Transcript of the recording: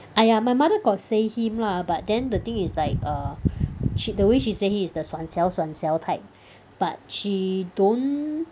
!aiya! my mother got say him lah but then the thing is like err she the way she say him is the suan xiao suan xiao type but she don't